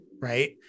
right